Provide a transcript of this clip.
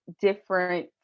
different